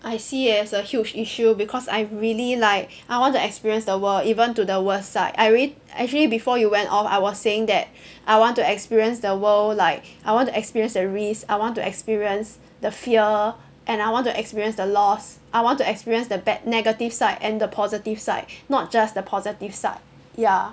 I see it as a huge issue because I really like I want to experience the world even to the worst side I really actually before you went off I was saying that I want to experience the world like I want to experience the risk I want to experience the fear and I want to experience the loss I want to experience the bad negative side and the positive side not just the positive side ya